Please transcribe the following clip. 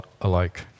alike